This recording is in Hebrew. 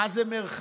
מה זה מרחב,